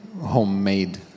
homemade